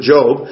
Job